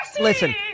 Listen